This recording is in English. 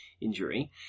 injury